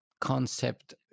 Concept